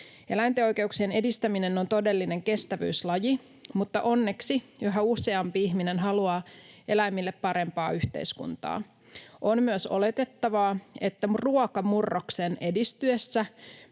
Eläinten oikeuksien edistäminen on todellinen kestävyyslaji, mutta onneksi yhä useampi ihminen haluaa eläimille parempaa yhteiskuntaa. On myös oletettavaa, että ruokamurroksen edistyessä